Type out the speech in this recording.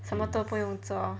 什么都不用做